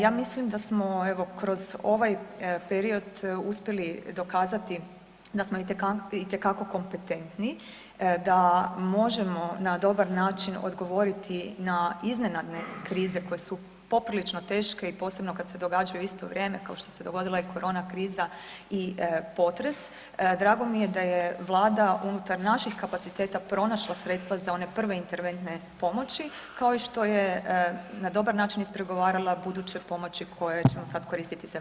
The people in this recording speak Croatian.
Ja mislim da smo evo kroz ovaj period uspjeli dokazati da smo itekako kompetentni da možemo na dobar način odgovoriti na iznenadne krize koje su poprilično teške i posebno kad se događaju u isto vrijeme kao što se dogodila i korona kriza i potres, drago mi je da je vlada unutar naših kapaciteta pronašla sredstva za one prve interventne pomoći kao i što je na dobar način ispregovarala buduće pomoći koje ćemo sad koristit iz EU.